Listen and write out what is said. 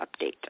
update